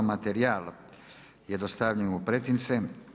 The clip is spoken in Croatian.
Materijal je dostavljen u pretince.